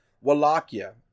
Wallachia